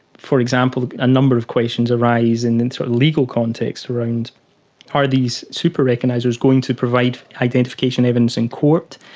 for example, a number of questions arise and in sort of legal contexts around are these super recognisers going to provide identification evidence in court?